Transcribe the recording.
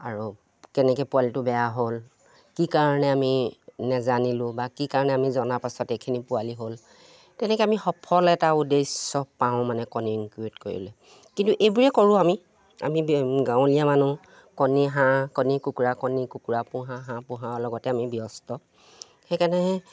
আৰু কেনেকৈ পোৱালিটো বেয়া হ'ল কি কাৰণে আমি নেজানিলোঁ বা কি কাৰণে আমি জনাৰ পাছত এইখিনি পোৱালি হ'ল তেনেকৈ আমি সফল এটা উদ্দেশ্য পাওঁ মানে কণী ইনকিউবেট কৰিলে কিন্তু এইবোৰে কৰোঁ আমি আমি গাঁৱলীয়া মানুহ কণী হাঁহ কণী কুকুৰা কণী কুকুৰা পোহা হাঁহ পোহাৰ লগতে আমি ব্যস্ত সেইকাৰণে